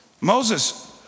Moses